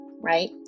right